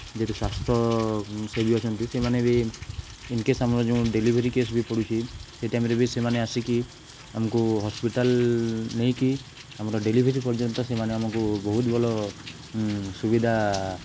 ଯଦି ସ୍ୱାସ୍ଥ୍ୟ ସେବୀ ଅଛନ୍ତି ସେମାନେ ବି ଇନକେସ୍ ଆମର ଯେଉଁ ଡେଲିଭରି କେସ୍ ବି ପଡ଼ୁଛି ସେଇ ଟାଇମ୍ରେ ବି ସେମାନେ ଆସିକି ଆମକୁ ହସ୍ପିଟାଲ୍ ନେଇକି ଆମର ଡେଲିଭରି ପର୍ଯ୍ୟନ୍ତ ସେମାନେ ଆମକୁ ବହୁତ ଭଲ ସୁବିଧା